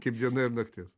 kaip diena ir naktis